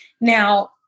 Now